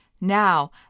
Now